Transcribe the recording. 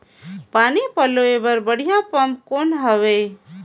पानी पलोय बर बढ़िया पम्प कौन हवय?